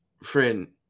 friend